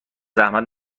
زحمت